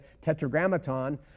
Tetragrammaton